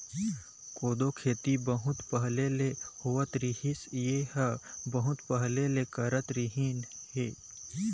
कोदो खेती बहुत पहिली ले होवत रिहिस हे या बहुत पहिली ले करत रिहिन हे